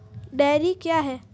Dairy क्या हैं?